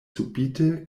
subite